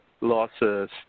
losses